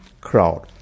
crowd